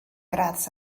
gradd